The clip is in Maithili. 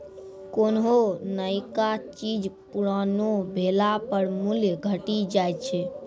कोन्हो नयका चीज पुरानो भेला पर मूल्य घटी जाय छै